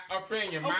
opinion